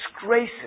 disgraces